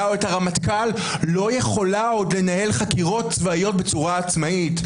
או את הרמטכ"ל לא יכולה עוד לנהל חקירות צבאיות בצורה עצמאית.